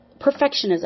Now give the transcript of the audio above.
perfectionism